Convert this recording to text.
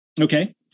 Okay